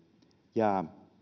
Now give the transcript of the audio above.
jäävät